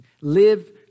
Live